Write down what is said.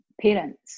parents